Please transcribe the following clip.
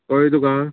कळ्ळें तुका